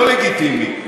לא לגיטימי.